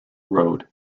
road